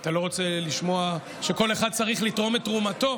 אתה לא רוצה לשמוע שכל אחד צריך לתרום את תרומתו?